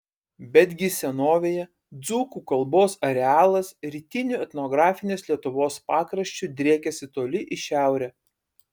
betgi senovėje dzūkų kalbos arealas rytiniu etnografinės lietuvos pakraščiu driekėsi toli į šiaurę